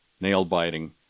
nail-biting